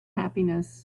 happiness